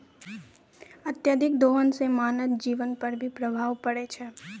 अत्यधिक दोहन सें मानव जीवन पर भी प्रभाव परै छै